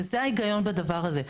וזה ההיגיון בדבר הזה.